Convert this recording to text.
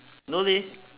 no leh